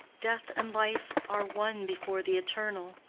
death and life are one before the eternal.